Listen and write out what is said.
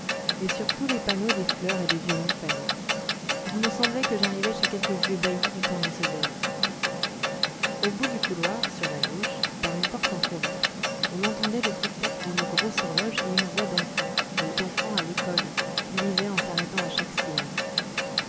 et sur tous les panneaux des fleurs et des violons fanés il me semblait que j'arrivais chez quelque vieux bailli du temps de sedaine au bout du couloir sur la gauche par une porte entr'ouverte on entendait le tic tac d'une grosse horloge et une voix d'enfant mais d'enfant à l'école qui lisait en s'arrêtant à chaque syllabe